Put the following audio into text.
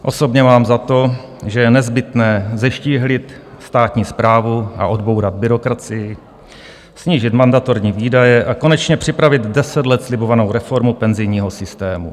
Osobně mám za to, že je nezbytné zeštíhlit státní správu a odbourat byrokracii, snížit mandatorní výdaje a konečně připravit deset let slibovanou reformu penzijního systému.